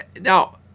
Now